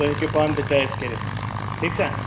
تُہۍ ہیٚکِو پانہٕ تہِ چوایِز کٔرِتھ ٹھیٖک چھا